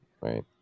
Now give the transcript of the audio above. right